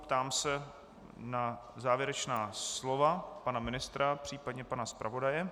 Ptám se na závěrečná slova pana ministra, případně pana zpravodaje.